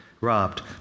robbed